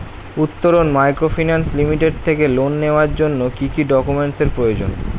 Uttaran microfinance limited থেকে loan নেওয়ার জন্য কি কি ডকুমেন্টস এর প্রয়োজন?